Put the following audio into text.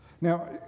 Now